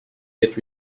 get